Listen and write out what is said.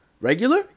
Regular